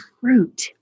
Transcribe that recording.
fruit